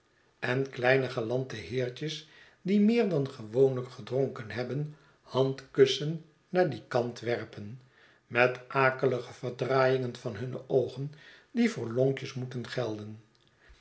en kleine galante heertjes die meer dan gewoonlijk gedronken hebben handkussen naar dien kant werpen met akelige verdraaiingen van hunne oogen die voor lonkjes moeten gelden